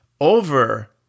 over